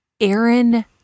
Aaron